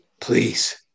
Please